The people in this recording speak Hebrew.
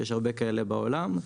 שיש הרבה כאלה בעולם,